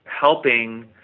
helping